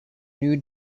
new